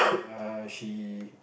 she